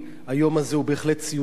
היום הזה הוא בהחלט ציון דרך,